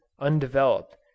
undeveloped